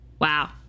wow